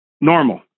normal